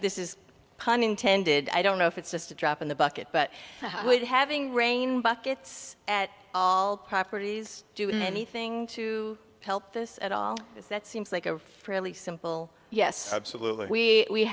this is a pun intended i don't know if it's just a drop in the bucket but would having rain buckets at all properties doing anything to help this at all is that seems like a fairly simple yes absolutely we